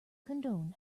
condone